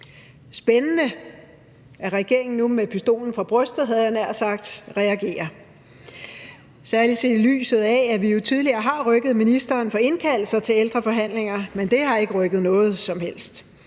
Spændende, at regeringen nu med pistolen for brystet – havde jeg nær sagt – reagerer, særlig set i lyset af at vi jo tidligere har rykket ministeren for indkaldelser til ældreforhandlinger. Men det har ikke rykket noget som helst